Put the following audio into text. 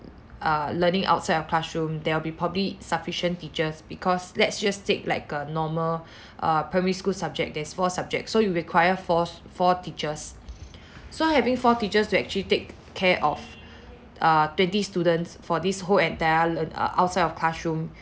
err learning outside of classroom there'll be probably sufficient teachers because let's just take like a normal err primary school subject there's four subject so you require four four teachers so having four teachers to actually take care of err twenty students for this whole entire learn~ uh outside of classroom